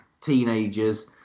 teenagers